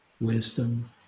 wisdom